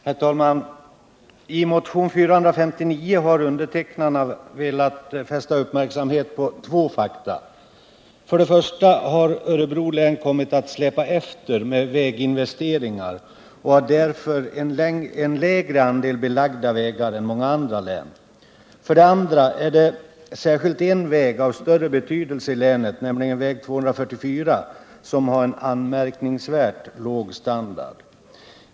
Herr talman! Undertecknarna av motionen 459 har velat fästa uppmärksamheten på två fakta. För det första har Örebro län kommit att släpa efter med väginvesteringar och har därför en lägre andel belagda vägar än många andra län. För det andra har särskilt en väg som är av större betydelse i länet, nämligen väg 244, en anmärkningsvärt låg standard.